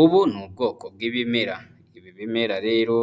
Ubu ni ubwoko bw'ibimera, ibi bimera rero